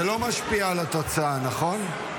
זה לא משפיע על התוצאה, נכון?